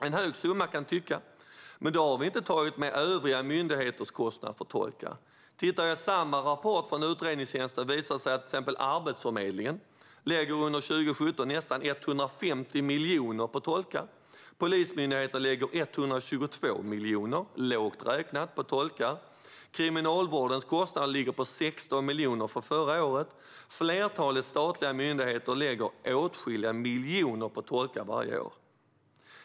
En hög summa, kan tyckas, men då har vi inte tagit med övriga myndigheters kostnader för tolkar. Samma rapport från utredningstjänsten visar att till exempel Arbetsförmedlingen 2017 lägger nästan 150 miljoner på tolkar. Polismyndigheten lägger lågt räknat 122 miljoner på tolkar. Kriminalvårdens kostnad ligger på 16 miljoner för förra året. Flertalet statliga myndigheter lägger varje år åtskilliga miljoner på tolkar.